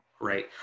Right